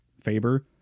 Faber